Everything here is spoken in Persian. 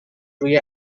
روی